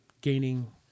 gaining